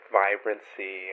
vibrancy